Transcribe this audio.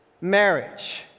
marriage